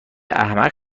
احمق